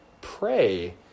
pray